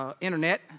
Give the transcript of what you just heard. Internet